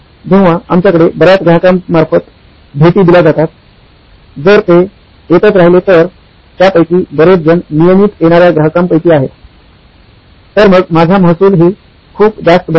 जेव्हा आमच्याकडे बर्याच ग्राहकांमार्फ़त भेटी दिल्या जातात जर ते येतच राहिले तर त्यापैकी बरेचजण नियमित येणार्या ग्राहकांपैकी आहेत तर मग माझा महसूल हि खूप जास्त बनेल